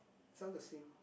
sail the sea